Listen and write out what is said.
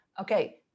Okay